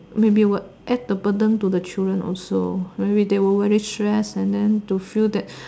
maybe will add the burden to the children also maybe they will very stress and then to feel that